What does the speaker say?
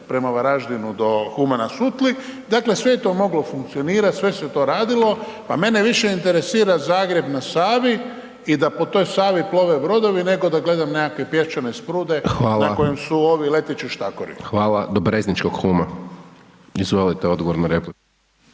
prema Varaždinu do Huma na Sutli, dakle sve je to moglo funkcionirat, sve se to radilo pa mene više interesira Zagreb na Savi i da po toj Savi plove brodovi nego da gledam nekakve pješčane sprude na …/Upadica: Hvala./… kojim su ovi leteći